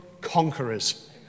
conquerors